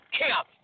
camp